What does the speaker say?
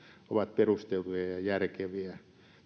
ovat perusteltuja ja järkeviä